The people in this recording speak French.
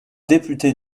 députés